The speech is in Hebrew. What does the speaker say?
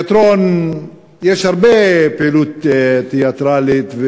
יש הרבה פעילות תיאטרלית,